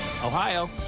Ohio